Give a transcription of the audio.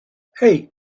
hey